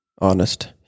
honest